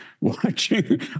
watching